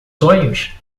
sonhos